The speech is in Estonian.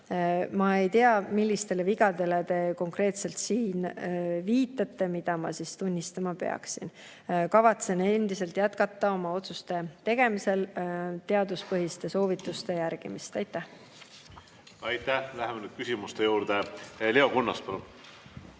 Ma ei tea, millistele vigadele te konkreetselt siis viitate, mida ma tunnistama peaksin. Kavatsen endiselt oma otsuste tegemisel järgida teaduspõhiseid soovitusi. Aitäh! Aitäh! Läheme nüüd küsimuste juurde. Leo Kunnas,